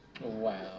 Wow